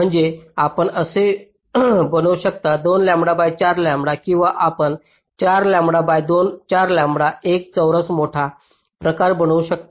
म्हणजे आपण ते असे बनवू शकता 2 लंबडा बाय 4 लंबडा किंवा आपण 4 लांबडा बाय 4 लंबडा एक चौरस मोठा प्रकार बनवू शकता